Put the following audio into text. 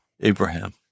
Abraham